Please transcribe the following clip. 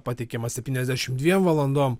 pateikiamas septyniasdešimt diem valandom